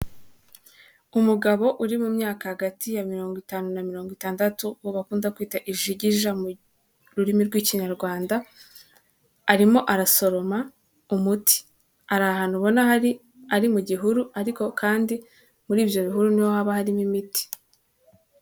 Umugabo uri mu myaka hagati ya mirongo itanu na mirongo itandatu uwo bakunda kwita ijigija mu rurimi rw'Ikinyarwanda, arimo arasoroma umuti, ari ahantu ubona aha hari ari mu gihuru ariko kandi muri ibyo bihuru niho haba harimo imiti.